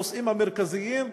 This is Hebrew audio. הנושאים המרכזיים היו: